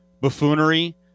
buffoonery